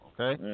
Okay